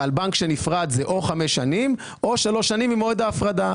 על בנק שנפרד זה או חמש שנים או שלוש שנים ממועד ההפרדה.